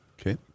Okay